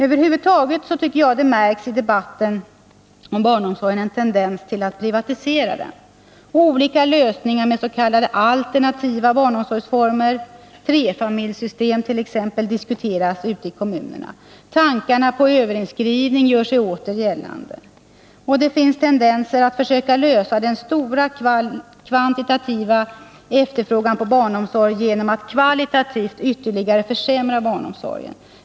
Över huvud taget tycker jag att det i debatten om barnomsorgen märks en tendens att privatisera barnomsorgen. Olika lösningar med s.k. alternativa barnomsorgsformer — trefamiljssystem t.ex. — diskuteras ute i kommunerna. Tankar på överinskrivning gör sig åter gällande. Det finns också tendenser att lösa den stora kvantitativa efterfrågan på barnomsorg genom att kvalitativt ytterligare försämra barnomsorgen.